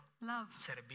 Love